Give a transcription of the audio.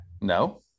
No